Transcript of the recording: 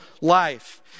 life